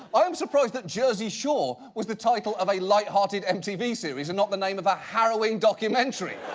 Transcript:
i'm surprised that jersey shore was the title of a lighthearted mtv series, and not the name of a harrowing documentary.